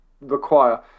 require